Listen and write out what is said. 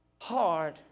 hard